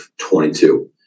22